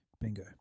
Bingo